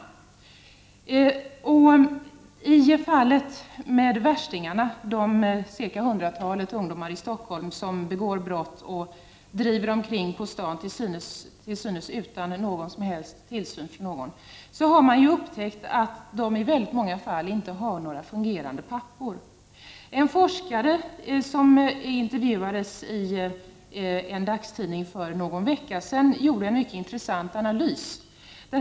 20 november 1989 Det har upptäckts att många av de hundratalet ungdomar i Stockholm som =Z7 begår brott och driver omkring på stan, till synes utan någon som helst tillsyn, inte har några fungerande pappor. En forskare som intervjuades i en dagstidning för någon vecka sedan gjorde en mycket intressant analys.